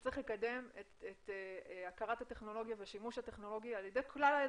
שצריך לקדם את הכרת הטכנולוגיה והשימוש הטכנולוגי לכלל האזרחים.